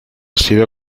sido